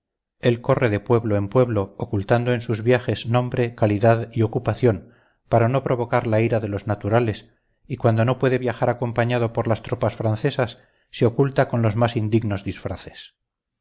él corre de pueblo en pueblo ocultando en sus viajes nombre calidad y ocupación para no provocar la ira de los naturales y cuando no puede viajar acompañado por las tropas francesas se oculta con los más indignos disfraces